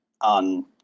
on